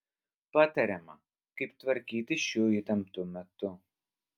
patariama kaip tvarkytis šiuo įtemptu metu